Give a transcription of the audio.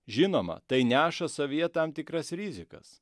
žinoma tai neša savyje tam tikras rizikas